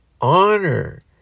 honor